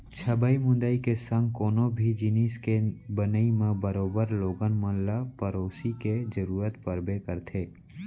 छबई मुंदई के संग कोनो भी जिनिस के बनई म बरोबर लोगन मन ल पेरोसी के जरूरत परबे करथे